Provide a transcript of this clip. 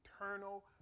eternal